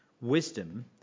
Wisdom